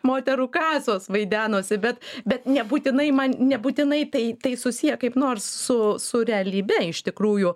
moterų kasos vaidenosi bet bet nebūtinai man nebūtinai tai tai susiję kaip nors su su realybe iš tikrųjų